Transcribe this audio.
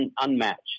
unmatched